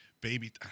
baby